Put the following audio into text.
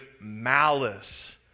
malice